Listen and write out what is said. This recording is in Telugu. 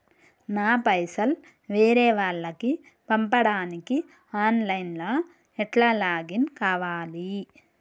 నా పైసల్ వేరే వాళ్లకి పంపడానికి ఆన్ లైన్ లా ఎట్ల లాగిన్ కావాలి?